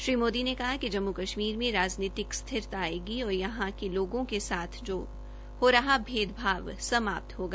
श्री मोदी ने कहा कि जम्मू कश्मीर में राजनीतिक स्थिरता आयेगी और यहां के लोगों के साथ हो रहा भेदभाव समाप्त होगा